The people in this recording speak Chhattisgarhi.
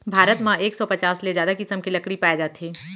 भारत म एक सौ पचास ले जादा किसम के लकड़ी पाए जाथे